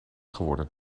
geworden